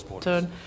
turn